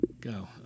go